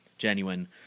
Genuine